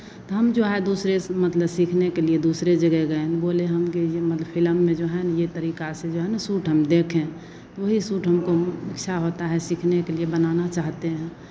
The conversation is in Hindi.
तो हम जो है दूसरे से मतलब सीखने के लिए दूसरे जगह गए बोले हम कि जो मतलब फिलम में जो हैं ना ये तरीका से जो है ना सूट हम देखें तो वही सूट हमको इच्छा होता है सीखने के लिए बनाना चाहते हैं